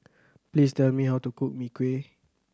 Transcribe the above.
please tell me how to cook Mee Kuah